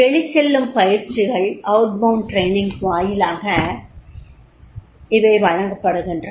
வெளிச்செல்லும் பயிற்சிகள் வாயிலாக இவை வழங்கப் படுகின்றன